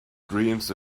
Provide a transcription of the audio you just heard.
dreams